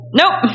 nope